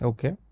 Okay